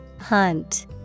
Hunt